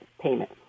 payment